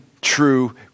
true